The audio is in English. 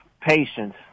patience